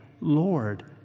Lord